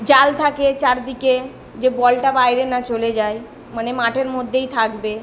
জাল থাকে চারদিকে যে বলটা বাইরে না চলে যায় মানে মাঠের মধ্যেই থাকবে